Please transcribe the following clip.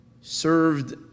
served